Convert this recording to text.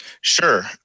Sure